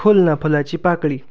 फूल ना फुलाची पाकळी